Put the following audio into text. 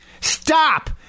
stop